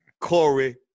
Corey